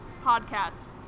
podcast